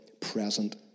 present